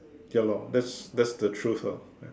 ya lor that's that's the truth lor